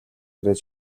ирээд